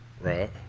Right